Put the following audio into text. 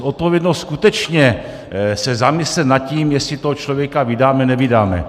Odpovědnost skutečně se zamyslet nad tím, jestli toho člověka vydáme, nevydáme.